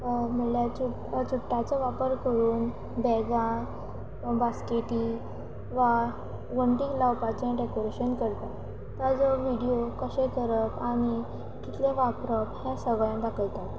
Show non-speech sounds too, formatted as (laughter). म्हणल्यार (unintelligible) चुट्टांचो वापर करून बॅगां बास्केटी वा वण्टीक लावपाचें डेकोरेशन करतात ताजो व्हिडियो कशें करप आनी कितले वापरप हें सगळें दाखयतात